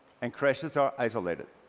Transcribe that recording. and crashes are isolated.